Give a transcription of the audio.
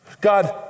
God